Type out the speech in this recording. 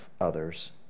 others